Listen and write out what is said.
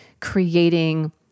creating